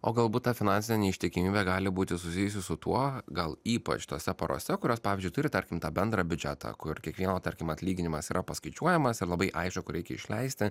o galbūt ta finansinė neištikimybė gali būti susijusi su tuo gal ypač tose porose kurios pavyzdžiui turi tarkim tą bendrą biudžetą kur kiekvieno tarkim atlyginimas yra paskaičiuojamas ir labai aišku kur reikia išleisti